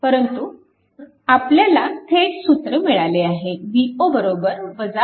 परंतु आपल्याला थेट सूत्र मिळाले आहे V0 4 i0